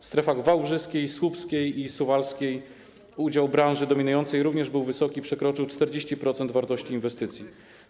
W strefach wałbrzyskiej, słupskiej i suwalskiej udział branży dominującej również był wysoki, przekroczył 40% wartości inwestycji.